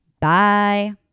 Bye